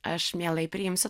aš mielai priimsiu